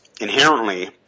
inherently